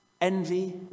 envy